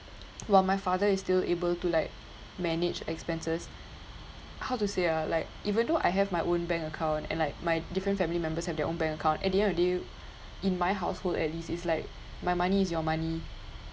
while my father is still able to like manage expenses how to say ah like even though I have my own bank account and like my different family members have their own bank account at the end of the day in my household at least it's like my money is your money